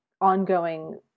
ongoing